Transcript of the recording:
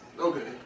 Okay